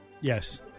Yes